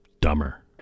dumber